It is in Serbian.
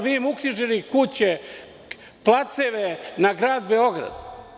Vi ste im uknjižili kuće, placeve na Grad Beograd.